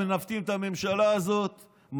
מנווטים את הממשלה הזאת,